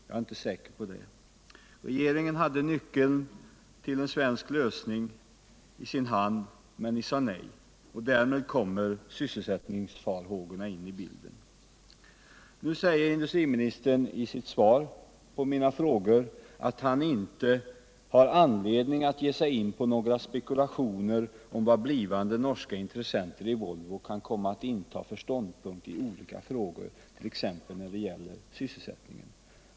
Jag är inte säker på det. Regeringen hade nyckeln till en svensk lösning i sin hand men sade nej. Därmed kommer sysselsättningsfarhågorna in i bilden. Nu säger industriministern i sitt svar på mina frågor, att han inte har anledning att ge sig in på några spekulationer om vad blivande norska intressenter i Volvo kan komma att inta för ståndpunkt i olika frågor, t.ex. när det gäller sysselsättningen.